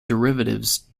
derivatives